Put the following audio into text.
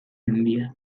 mendia